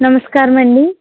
నమస్కారం అండి